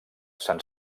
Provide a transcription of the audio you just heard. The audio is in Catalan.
sant